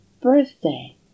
birthday